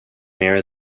near